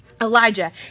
Elijah